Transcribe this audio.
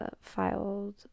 filed